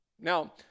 Now